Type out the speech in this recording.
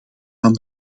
dan